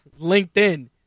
LinkedIn